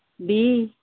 ਵੀਹ